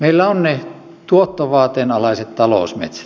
meillä on ne tuottovaateen alaiset talousmetsät